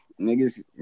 Niggas